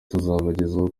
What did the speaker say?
tuzabagezaho